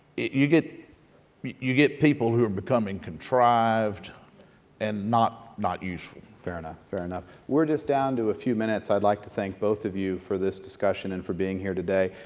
you get you you get people who are becoming contrived and not not useful. fair enough. fair enough. we're just down to a few minutes. i'd like to thank both of you for this discussion and for being here today.